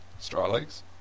Strawlegs